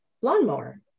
lawnmower